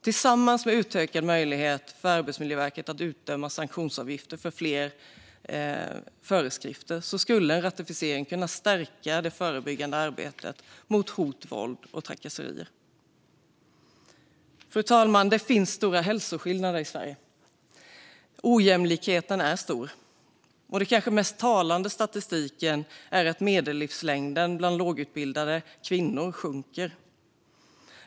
Tillsammans med utökad möjlighet för Arbetsmiljöverket att utdöma sanktionsavgifter i fler sammanhang skulle en ratificering kunna stärka det förebyggande arbetet mot hot, våld och trakasserier. Fru talman! Det finns stora hälsoskillnader i Sverige. Ojämlikheten är stor. Det kanske mest talande i statistiken är att medellivslängden bland lågutbildade kvinnor sjunker.